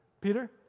Peter